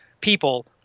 people